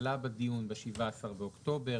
עלה בדיון ב-17 באוקטובר.